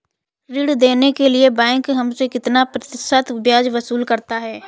ऋण देने के लिए बैंक हमसे कितना प्रतिशत ब्याज वसूल करता है?